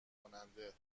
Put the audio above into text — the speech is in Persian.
کننده